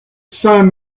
sun